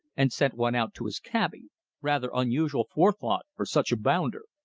and sent one out to his cabby rather unusual forethought for such a bounder.